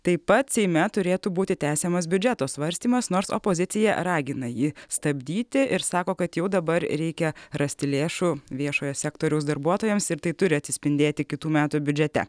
taip pat seime turėtų būti tęsiamas biudžeto svarstymas nors opozicija ragina jį stabdyti ir sako kad jau dabar reikia rasti lėšų viešojo sektoriaus darbuotojams ir tai turi atsispindėti kitų metų biudžete